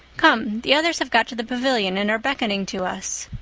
come the others have got to the pavilion and are beckoning to us.